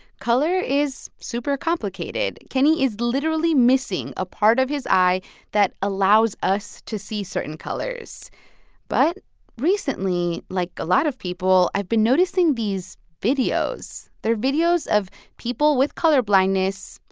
color is super complicated. kenny is literally missing a part of his eye that allows us to see certain colors but recently, like a lot of people, i've been noticing these videos. they're videos of people with colorblindness,